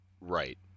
right